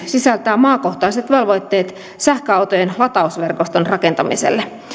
sisältää maakohtaiset velvoitteet sähköautojen latausverkoston rakentamiselle